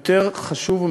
יותר חשוב,